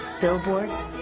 billboards